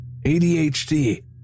ADHD